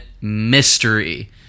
mystery